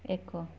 ଏକ